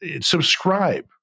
subscribe